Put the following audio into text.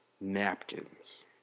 Napkins